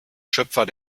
schöpfer